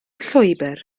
llwybr